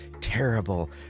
Terrible